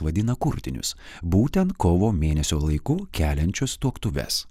vadina kurtinius būtent kovo mėnesio laiku keliančius tuoktuves